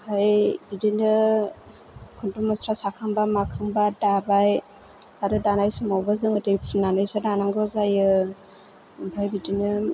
ओमफ्राय बिदिनो खुन्दुं मुस्रा साखांबा माखांबा दाबाय आरो दानाय समावबो जुमुदै फुननानैसो दानांगौ जायो ओमफ्राय बिदिनो